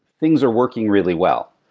things are working really well.